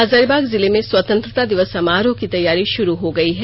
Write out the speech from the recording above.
हजारीबाग जिले में स्वतंत्रता दिवस समारोह की तैयारी शुरू हो गयी है